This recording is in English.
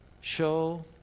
Show